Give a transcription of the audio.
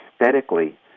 aesthetically